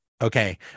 Okay